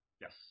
Yes